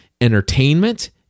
entertainment